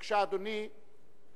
בבקשה, אדוני.